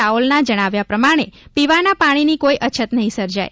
રાઓલના જણાવ્યા પ્રમાણે પીવાના પાણીની કોઇ અછત નહીં સર્જાય